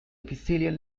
epithelial